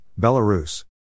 Belarus